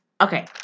Okay